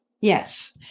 Yes